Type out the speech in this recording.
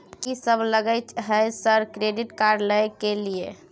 कि सब लगय हय सर क्रेडिट कार्ड लय के लिए?